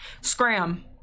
scram